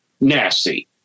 nasty